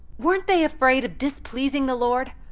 weren't they afraid of displeasing the lord?